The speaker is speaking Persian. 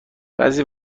بعضی